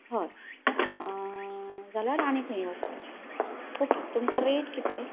हय जाल्यार आनी खंय वचपाची ओके तुमचो रेट कितें